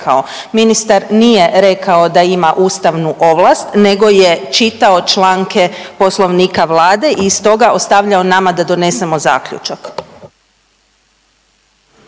ministar nije rekao da ima ustavnu ovlast nego je čitao članke poslovnika Vlade i stoga ostavljao nama da donesemo zaključak.